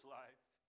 life